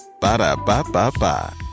Ba-da-ba-ba-ba